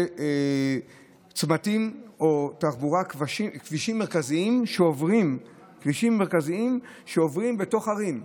צמתים או כבישים מרכזיים שעוברים בתוך ערים.